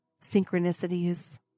synchronicities